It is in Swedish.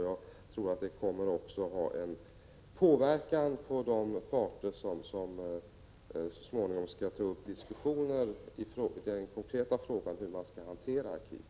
Jag tror att den kommer att ha en påverkan på de parter som så småningom skall ta upp diskussioner i den konkreta frågan hur man skall hantera arkivet.